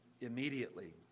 immediately